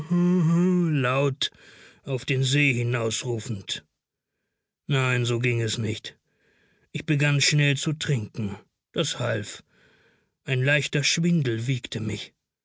auf den see hinausrufend nein so ging es nicht ich begann schnell zu trinken das half ein leichter schwindel wiegte mich